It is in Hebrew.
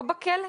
או בכלא.